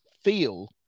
feel